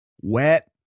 wet